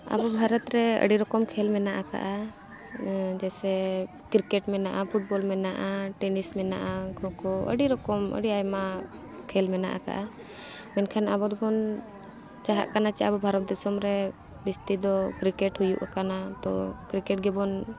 ᱟᱵᱚ ᱵᱷᱟᱨᱚᱛ ᱨᱮ ᱟᱹᱰᱤ ᱨᱚᱠᱚᱢ ᱠᱷᱮᱞ ᱢᱮᱱᱟᱜ ᱟᱠᱟᱫᱼᱟ ᱡᱮᱥᱮ ᱠᱨᱤᱠᱮᱴ ᱢᱮᱱᱟᱜᱼᱟ ᱯᱷᱩᱴᱵᱚᱞ ᱢᱮᱱᱟᱜᱼᱟ ᱴᱮᱱᱤᱥ ᱢᱮᱱᱟᱜᱼᱟ ᱠᱷᱳ ᱠᱷᱳ ᱟᱹᱰᱤ ᱨᱚᱠᱚᱢ ᱟᱹᱰᱤ ᱟᱭᱢᱟ ᱠᱷᱮᱞ ᱢᱮᱱᱟᱜ ᱟᱠᱟᱫᱼᱟ ᱢᱮᱱᱠᱷᱟᱱ ᱟᱵᱚ ᱫᱚᱵᱚᱱ ᱪᱟᱦᱟᱜ ᱠᱟᱱᱟ ᱡᱮ ᱟᱵᱚ ᱵᱷᱟᱨᱚᱛ ᱫᱤᱥᱚᱢ ᱨᱮ ᱡᱟᱹᱥᱛᱤ ᱫᱚ ᱠᱨᱤᱠᱮᱴ ᱦᱩᱭᱩᱜ ᱠᱟᱱᱟ ᱛᱚ ᱠᱨᱤᱠᱮᱴ ᱜᱮᱵᱚᱱ